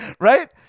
right